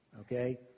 Okay